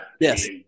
Yes